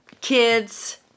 kids